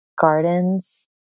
gardens